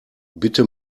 bitte